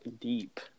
deep